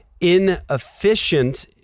inefficient